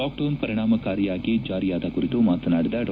lockdown ಪರಿಣಾಮಕಾರಿಯಾಗಿ ಜಾರಿಯಾದ ಕುರಿತು ಮಾತನಾಡಿದ ಡಾ